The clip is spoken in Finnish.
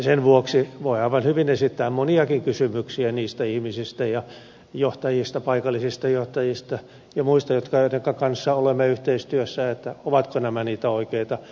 sen vuoksi voi aivan hyvin esittää moniakin kysymyksiä niistä ihmisistä ja johtajista paikallisista johtajista ja muista joidenka kanssa olemme yhteistyössä ovatko nämä niitä oikeita partnereita